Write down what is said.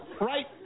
right